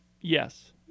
Yes